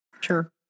Sure